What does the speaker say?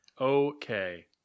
Okay